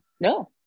no